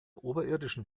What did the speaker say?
oberirdischen